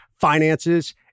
finances